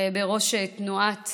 של תנועת